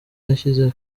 yashyize